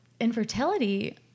infertility